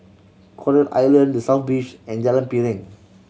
Coral Island The South Beach and Jalan Piring